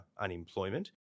unemployment